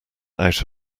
out